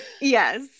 Yes